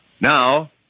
Now